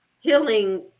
healing